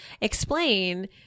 explain